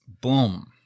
Boom